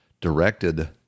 directed